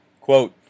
quote